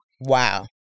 Wow